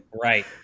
Right